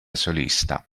solista